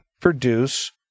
produce